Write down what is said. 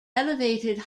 elevated